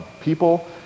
people